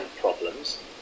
problems